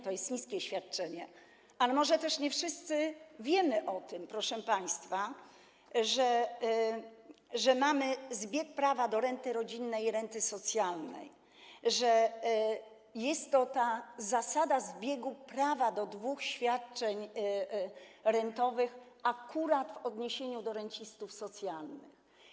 To jest niskie świadczenie, ale może też nie wszyscy wiedzą o tym, proszę państwa, że mamy zbieg prawa do renty rodzinnej i renty socjalnej, że jest ta zasada zbiegu prawa do dwóch świadczeń rentowych akurat w odniesieniu do rencistów socjalnych.